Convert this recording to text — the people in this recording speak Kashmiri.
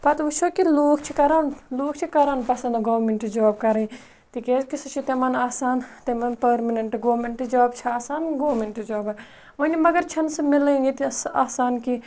پَتہٕ وٕچھو کہِ لوٗکھ چھِ کَران لوٗکھ چھِ کَران پَسَنٛد گورمٮ۪نٛٹ جاب کَرٕنۍ تِکیٛازِکہِ سُہ چھِ تِمَن آسان تِمَن پٔرمِنٮ۪نٛٹ گورمٮ۪نٛٹ جاب چھِ آسان گورمٮ۪نٛٹ جاب وۄنہِ مگر چھَنہٕ سۄ مِلٲنۍ ییٚتہِ ٲس سُہ آسان کہِ